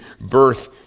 birth